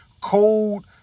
cold